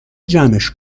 جمعش